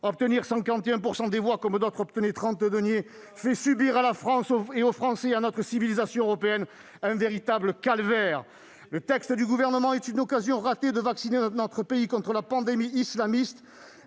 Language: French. obtenir 51 % des voix, comme d'autres voulaient trente deniers, on fait subir à la France, aux Français et à notre civilisation européenne un véritable calvaire. Le texte du Gouvernement est une occasion ratée de vacciner notre pays contre la pandémie islamiste.